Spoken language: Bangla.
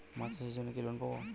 মাছ চাষের জন্য কি লোন পাব?